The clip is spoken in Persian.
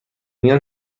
میان